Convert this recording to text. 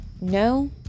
No